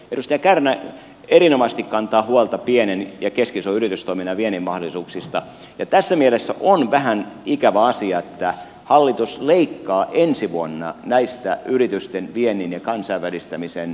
edustaja kärnä erinomaisesti kantaa huolta pienen ja keskisuuren yritystoiminnan viennin mahdollisuuksista ja tässä mielessä on vähän ikävä asia että hallitus leikkaa ensi vuonna näistä yritysten viennin ja kansainvälistämisen avustuksista